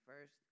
first